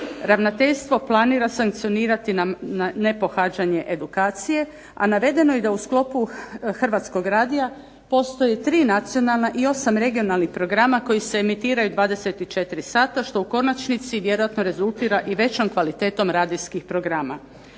Ravnateljstvo planira sankcionirati nepohađanje edukacije, a navedeno je da u sklopu Hrvatskog radija postoje tri nacionalna i 8 regionalnih programa koji se emitiraju 24 sata, što u konačnici vjerojatno rezultira i većom kvalitetom radijskih programa.